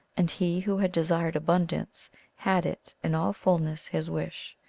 and he who had desired abundance had it, in all fullness, his wish.